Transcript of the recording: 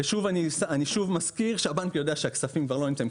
אני שוב מזכיר שהבנק יודע שהכספים כבר לא נמצאים.